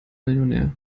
millionär